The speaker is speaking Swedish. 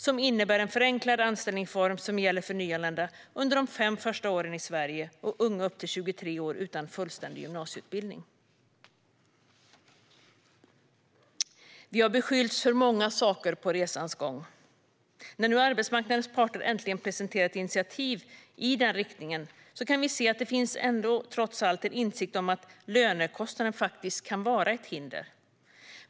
Det innebär en förenklad anställningsform som gäller för nyanlända under de fem första åren i Sverige samt för unga upp till 23 år utan fullständig gymnasieutbildning. Vi har beskyllts för många saker under resans gång. När nu arbetsmarknadens parter äntligen presenterat initiativ i den riktningen kan vi se att det trots allt finns en insikt om att lönekostnaden kan vara ett hinder.